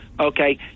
okay